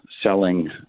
selling